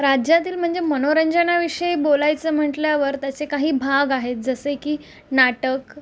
राज्यातील म्हणजे मनोरंजनाविषयी बोलायचं म्हटल्यावर त्याचे काही भाग आहेत जसे की नाटक